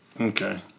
Okay